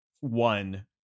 one